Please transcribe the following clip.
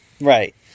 Right